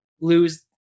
lose